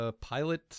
pilot